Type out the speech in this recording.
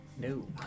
No